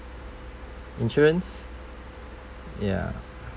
insurance ya